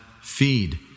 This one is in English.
feed